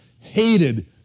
hated